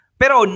pero